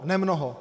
Nemnoho.